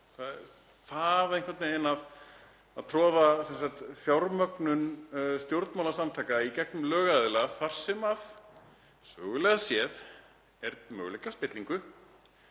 að troða einhvern veginn fjármögnun stjórnmálasamtaka í gegnum lögaðila, þar sem sögulega séð er möguleiki á spillingu,